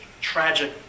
tragic